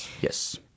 yes